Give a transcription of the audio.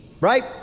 right